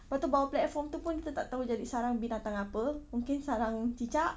lepas itu bawah platform itu pun kita tak tahu jadi sarang binatang apa mungkin sarang cicak